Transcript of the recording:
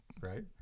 right